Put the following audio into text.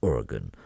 Oregon